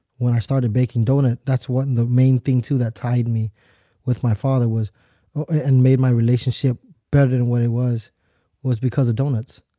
when i started baking doughnut, that's what the main thing, too, that tied me with my father was and made my relationship better than what it was was because of doughnuts.